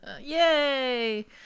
Yay